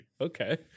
Okay